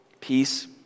peace